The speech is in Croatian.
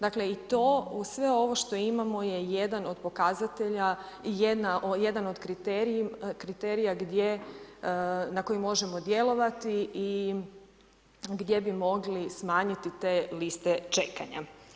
Dakle i to, uz sve ovo što imamo je jedan od pokazatelja, jedan od kriterija na kojem možemo djelovati i gdje bi mogli smanjiti te liste čekanja.